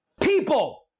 People